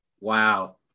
wow